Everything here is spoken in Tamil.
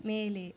மேலே